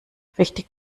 richtig